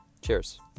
Cheers